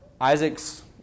Isaac's